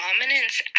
dominance